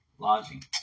Lodging